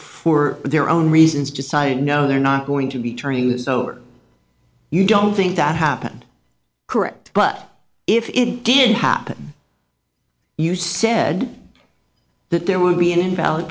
for their own reasons decided no they're not going to be turning this over you don't think that happened correct but if it did happen you said that there would be an invalid